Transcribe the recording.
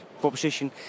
proposition